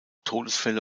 todesfälle